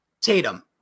Tatum